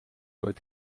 vaid